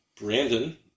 Brandon